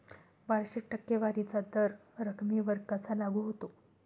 वार्षिक टक्केवारीचा दर रकमेवर कसा लागू होतो?